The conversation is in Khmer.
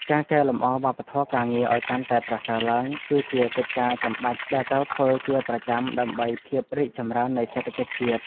ការកែលម្អវប្បធម៌ការងារឱ្យកាន់តែប្រសើរឡើង គឺជាកិច្ចការចាំបាច់ដែលត្រូវធ្វើជាប្រចាំដើម្បីភាពរីកចម្រើននៃសេដ្ឋកិច្ចជាតិ។